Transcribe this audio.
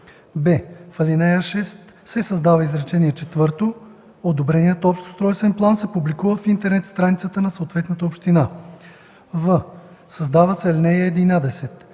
б) в ал. 6 се създава изречение четвърто: „Одобреният общ устройствен план се публикува в интернет страницата на съответната община”. в) създава се ал. 11: